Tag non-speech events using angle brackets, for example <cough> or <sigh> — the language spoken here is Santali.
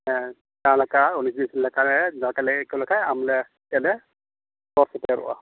ᱦᱮᱸ ᱡᱟᱦᱟᱞᱮᱠᱟ ᱞᱮ <unintelligible> ᱱᱚᱛᱮ ᱟᱹᱭᱤᱠᱟᱹᱣ ᱞᱮᱠᱷᱟᱡ ᱟᱢᱞᱮ ᱟᱢᱴᱷᱮᱡ ᱞᱮ ᱥᱚᱦᱚᱨ ᱥᱮᱴᱮᱨᱚᱜᱼᱟ